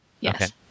Yes